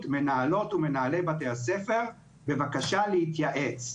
מנהלות ומנהלי בתי הספר בבקשה להתייעץ,